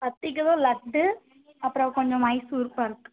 பத்துக்கிலோ லட்டு அப்புறம் கொஞ்சம் மைசூர்பாக்